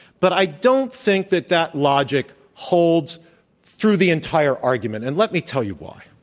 but i don't think that that logic holds through the entire argument. and let me tell you why.